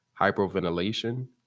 hyperventilation